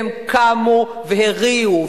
והם קמו והריעו,